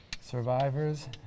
Survivors